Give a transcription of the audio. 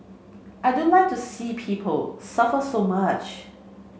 I don't like to see people suffer so much